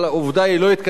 אבל עובדה היא שזה לא התקדם,